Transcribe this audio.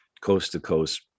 coast-to-coast